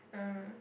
uh